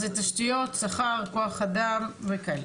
אז תשתיות, שכר, כוח אדם וכאלה.